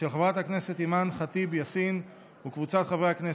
של חברת הכנסת אימאן ח'טיב יאסין וקבוצת חברי הכנסת,